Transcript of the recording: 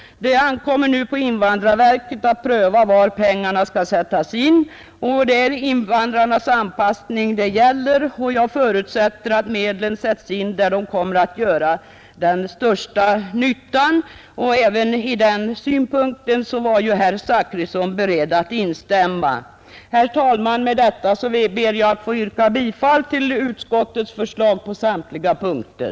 Det ankommer nu på invandrarverket att pröva var pengarna skall sättas in. Det är invandrarnas anpassning det gäller, och jag förutsätter att medlen sätts in där de från den synpunkten kommer att göra den största nyttan. Även i detta var herr Zachrisson beredd att instämma. Herr talman! Med det anförda ber jag att få yrka bifall till utskottets hemställan på samtliga punkter.